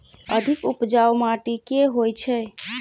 अधिक उपजाउ माटि केँ होइ छै?